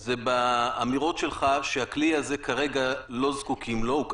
זה באמירות שלך שכרגע לא זקוקים לכלי הזה.